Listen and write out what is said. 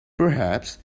perhaps